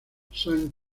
saint